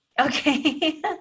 Okay